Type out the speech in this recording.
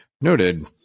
Noted